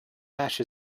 ash